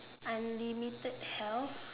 unlimited health